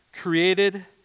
created